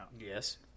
Yes